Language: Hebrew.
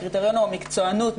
הקריטריון הוא המקצוענות.